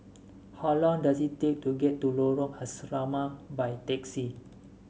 how long does it take to get to Lorong Asrama by taxi